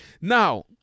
Now